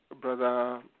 Brother